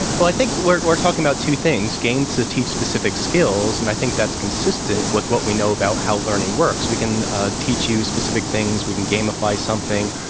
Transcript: but i think we're we're talking about two things, games that teach specific skills, and i think that's consistent with what we know about how learning works. we can teach you specific things. we can gamify something.